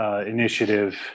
initiative